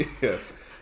Yes